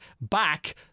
back